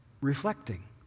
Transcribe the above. reflecting